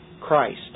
Christ